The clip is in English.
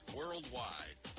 worldwide